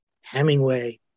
Hemingway